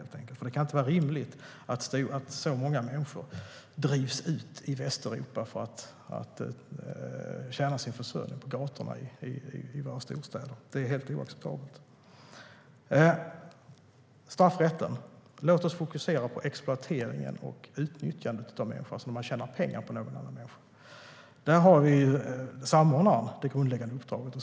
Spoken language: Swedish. Det kan inte vara rimligt att så många människor drivs ut i Västeuropa för att tjäna ihop till sin försörjning på gatorna i våra storstäder. Det är helt oacceptabelt. När det gäller straffrätten ska vi fokusera på exploateringen och utnyttjandet av människor, alltså att någon tjänar pengar på en annan människa. Här har samordnare Martin Valfridsson det grundläggande uppdraget.